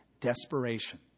desperation